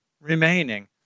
remaining